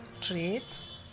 traits